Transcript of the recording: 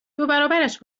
دوبرابرش